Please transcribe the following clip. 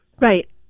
Right